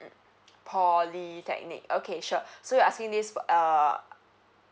mm polytechnic okay sure so you're asking this uh